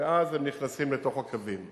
ואז הם נכנסים לתוך הקווים.